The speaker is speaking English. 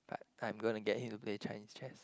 I I'm going to get him to play Chinese chess